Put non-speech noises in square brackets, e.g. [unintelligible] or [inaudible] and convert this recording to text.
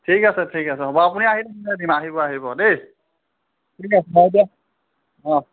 ঠিক আছে ঠিক আছে হ'ব আপুনি আহিলে মিলাই দিম আহিব আহিব দেই [unintelligible] অঁ